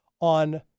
on